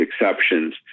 exceptions